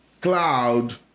Cloud